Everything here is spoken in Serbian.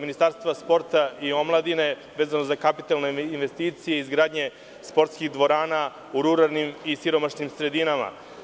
Ministarstva sporta i omladine, vezano za kapitalne investicije i izgradnje sportskih dvorana u ruralnim i siromašnim sredinama.